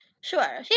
Sure